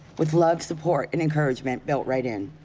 with love, support, and encouragement built right in.